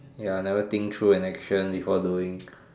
ya never think through an action before doing